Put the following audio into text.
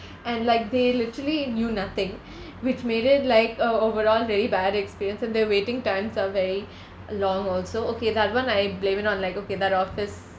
and like they literally knew nothing which made it like uh overall very bad experience and the waiting times are very long also okay that one I blame it on like okay that office